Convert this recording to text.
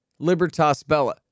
LibertasBella